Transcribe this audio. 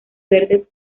verdes